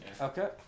Okay